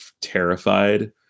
terrified